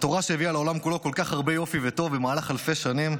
התורה שהביאה לעולם כולו כל כך הרבה יופי וטוב במהלך אלפי שנים.